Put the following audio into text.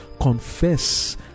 confess